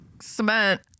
Cement